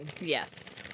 Yes